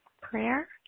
prayer